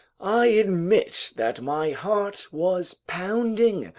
i admit that my heart was pounding.